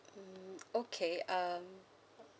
mm okay um